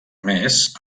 més